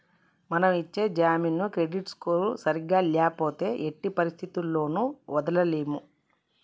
మనం ఇచ్చే జామీను క్రెడిట్ స్కోర్ సరిగ్గా ల్యాపోతే ఎట్టి పరిస్థతుల్లోను వదలలేము